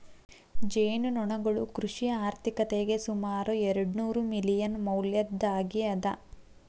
ಜೇನುನೊಣಗಳು ಕೃಷಿ ಆರ್ಥಿಕತೆಗೆ ಸುಮಾರು ಎರ್ಡುನೂರು ಮಿಲಿಯನ್ ಮೌಲ್ಯದ್ದಾಗಿ ಅದ